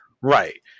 right